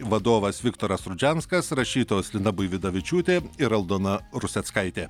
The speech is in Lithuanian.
vadovas viktoras rudžianskas rašytojos lina buividavičiūtė ir aldona ruseckaitė